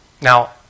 Now